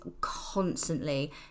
constantly